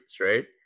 right